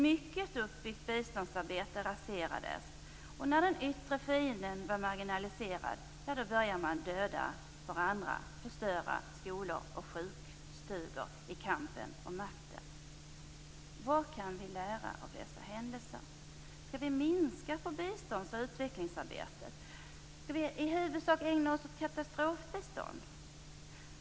Mycket uppbyggt biståndsarbete raserades. När den yttre fienden var marginaliserad började man döda varandra och förstöra skolor och sjukstugor i kampen om makten. Vad kan vi lära av dessa händelser? Skall vi minska på bistånds och utvecklingsarbetet? Skall vi i huvudsak ägna oss åt katastrofbistånd?